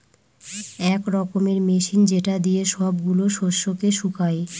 এক রকমের মেশিন যেটা দিয়ে সব গুলা শস্যকে শুকায়